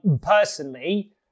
personally